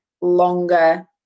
longer